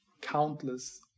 countless